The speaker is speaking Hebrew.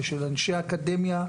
ושל אנשי אקדמיה,